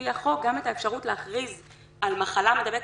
לפי החוק גם את האפשרות להכריז על מחלה מדבקת,